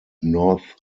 north